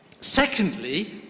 Secondly